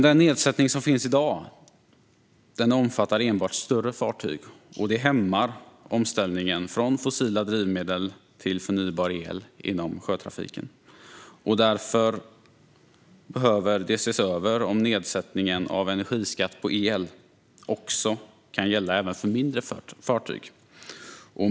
Den nedsättning som finns i dag omfattar dock enbart större fartyg. Detta hämmar omställningen från fossila drivmedel till förnybar el inom sjötrafiken. Därför behöver det ses över om nedsättningen av energiskatt på el också kan gälla mindre fartyg.